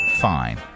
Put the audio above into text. fine